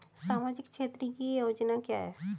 सामाजिक क्षेत्र की योजना क्या है?